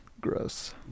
Gross